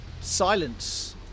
silence